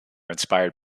inspired